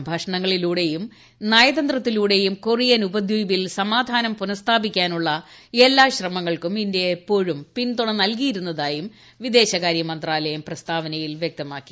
സംഭാക്ഷണങ്ങളിലൂടെയും നയതന്ത്രത്തിലൂടെയും കൊറിയൻ ഉപദ്വീപിൽ സമാധാനം പുനഃസ്ഥാപിക്കുറിന്റുള്ള എല്ലാ ശ്രമങ്ങൾക്കും ഇന്ത്യ എപ്പോഴും പിൻതുണ നൽക്ടിയിരുന്നതായും വിദേശകാര്യ മന്ത്രാലയം പ്രസ്താവനയിൽ വ്യക്തമാക്കി